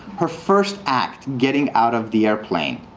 her first act getting out of the airplane,